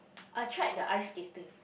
I tried the ice skating